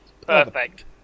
perfect